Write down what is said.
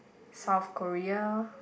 South-Korea